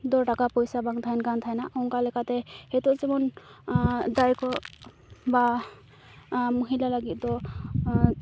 ᱫᱚ ᱴᱟᱠᱟ ᱯᱚᱭᱥᱟ ᱵᱟᱝ ᱛᱟᱦᱮᱱᱠᱟᱱ ᱛᱟᱦᱮᱱᱟ ᱚᱱᱠᱟ ᱞᱮᱠᱟᱛᱮ ᱱᱤᱛᱚᱜ ᱡᱮᱢᱚᱱ ᱫᱟᱹᱭᱠᱚ ᱵᱟ ᱢᱚᱦᱤᱞᱟ ᱞᱟᱹᱜᱤᱫ ᱫᱚ